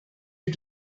you